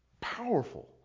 powerful